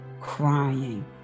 crying